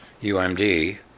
UMD